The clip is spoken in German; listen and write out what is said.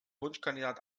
wunschkandidat